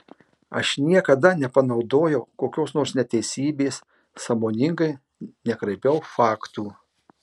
aš niekada nepanaudojau kokios nors neteisybės sąmoningai nekraipiau faktų